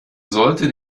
sollte